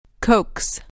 Cokes